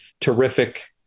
terrific